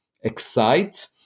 excite